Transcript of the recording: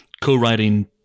co-writing